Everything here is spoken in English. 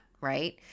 right